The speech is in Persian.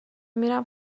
میرم